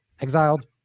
Exiled